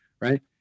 Right